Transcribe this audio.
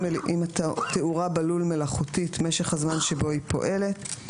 אם התאורה בלול מלאכותית משך הזמן שבו היא פועלת.